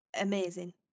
amazing